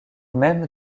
même